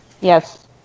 Yes